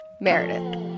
Meredith